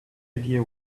idea